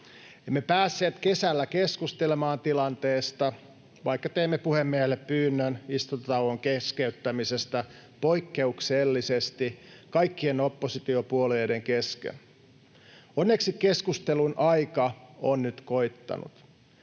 Emme päässeet kesällä keskustelemaan tilanteesta, vaikka teimme puhemiehelle pyynnön istuntotauon keskeyttämisestä poikkeuksellisesti kaikkien oppositiopuolueiden kesken. Onneksi keskustelun aika on nyt koittanut.